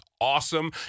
awesome